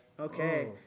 Okay